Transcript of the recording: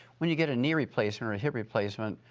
when you get a knee replacement or hip replacement,